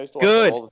good